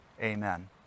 Amen